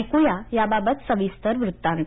ऐकूया याबाबत सविस्तर वृत्तात